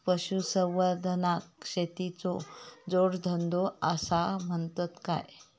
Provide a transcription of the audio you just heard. पशुसंवर्धनाक शेतीचो जोडधंदो आसा म्हणतत काय?